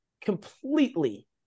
completely